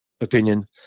opinion